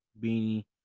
Beanie